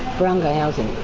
barunga housing,